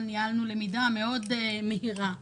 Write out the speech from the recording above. ניהלנו למידה מהירה מאוד.